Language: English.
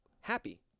happy